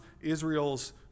Israel's